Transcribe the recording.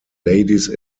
ladies